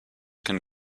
can